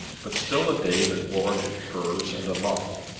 but still a day that warranted furs and a muff.